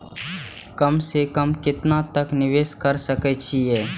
कम से कम केतना तक निवेश कर सके छी ए?